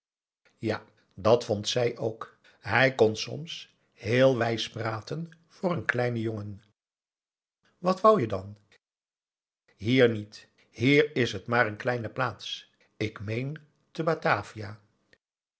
ja dat vond zij ook hij kon soms heel wijs praten voor een kleinen jongen wat wou je dan hier niet hier is het maar een kleine plaats ik meen te batavia